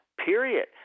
period